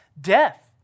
death